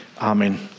Amen